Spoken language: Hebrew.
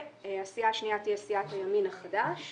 והסיעה השנייה תהיה סיעת הימין החדש,